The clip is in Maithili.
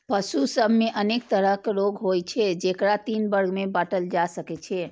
पशु सभ मे अनेक तरहक रोग होइ छै, जेकरा तीन वर्ग मे बांटल जा सकै छै